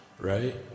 right